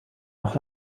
noch